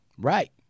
Right